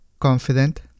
confident